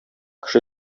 кеше